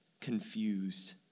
confused